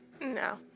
No